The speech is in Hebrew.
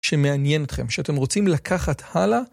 שמעניין אתכם, שאתם רוצים לקחת הלאה.